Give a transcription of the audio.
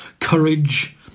courage